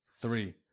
three